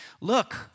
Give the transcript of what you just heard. Look